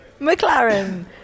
McLaren